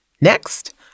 Next